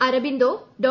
Aurobindo Dr